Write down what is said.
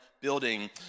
building